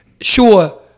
Sure